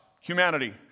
humanity